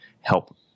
help